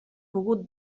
pogut